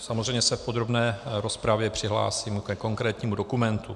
Samozřejmě se v podrobné rozpravě přihlásím ke konkrétnímu dokumentu.